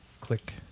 click